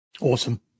Awesome